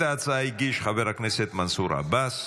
את ההצעה הגיש חבר הכנסת מנסור עבאס.